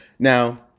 Now